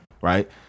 right